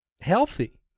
healthy